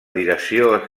direcció